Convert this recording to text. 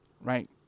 Right